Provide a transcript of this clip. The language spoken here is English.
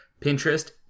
Pinterest